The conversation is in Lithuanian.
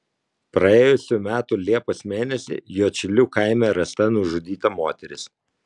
praėjusių metų liepos mėnesį juodšilių kaime rasta nužudyta moteris